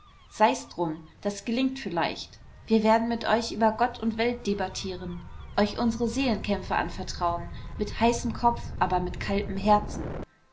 sei's drum das gelingt vielleicht wir werden mit euch über gott und welt debattieren euch unsre seelenkämpfe anvertrauen mit heißem kopf aber mit kaltem herzen